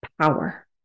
power